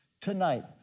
tonight